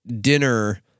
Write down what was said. dinner